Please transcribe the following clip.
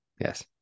Yes